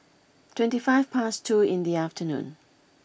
twenty five past two in the afternoon